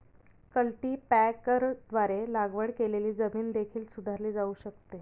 कल्टीपॅकरद्वारे लागवड केलेली जमीन देखील सुधारली जाऊ शकते